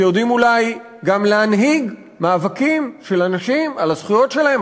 שיודעים אולי גם להנהיג מאבקים של אנשים על הזכויות שלהם,